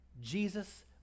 Jesus